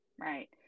right